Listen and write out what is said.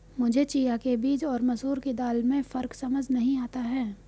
मुझे चिया के बीज और मसूर दाल में फ़र्क समझ नही आता है